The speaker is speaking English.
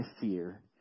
fear